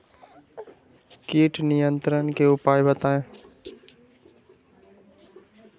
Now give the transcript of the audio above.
किट नियंत्रण के उपाय बतइयो?